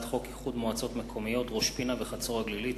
חוק איחוד מועצות מקומיות ראש-פינה וחצור-הגלילית,